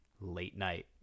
late-night